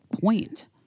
point